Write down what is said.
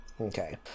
Okay